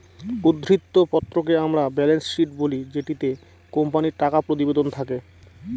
উদ্ধৃত্ত পত্রকে আমরা ব্যালেন্স শীট বলি যেটিতে কোম্পানির টাকা প্রতিবেদন থাকে